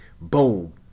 Boom